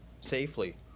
safely